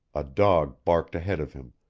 a dog barked ahead of him,